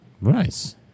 Nice